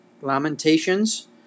Lamentations